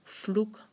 vloek